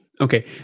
Okay